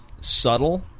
subtle